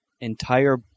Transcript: entire